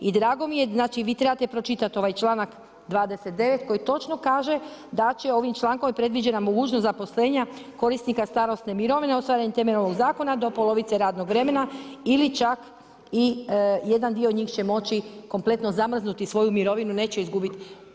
I drago mi je, znači vi trebate pročitati ovaj članak 29. koji točno kaže da će, ovim člankom je predviđena mogućnost zaposlenja korisnika starosne mirovine ostvarene temeljem ovog zakona do polovice radnog vremena ili čak i jedan dio njih će moći kompletno zamrznuti svoju mirovinu, neće izgubiti.